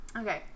Okay